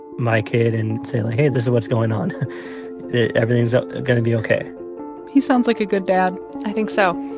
my kid and say, like, hey, this is what's going on, that everything's ah ah going to be ok he sounds like a good dad i think so.